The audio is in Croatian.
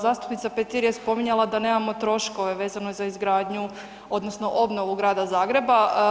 Zastupnica Petir je spominjala da nemamo troškove vezano za izgradnju odnosno obnovu grada Zagreba.